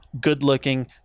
good-looking